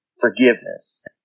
forgiveness